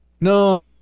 No